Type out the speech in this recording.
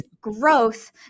growth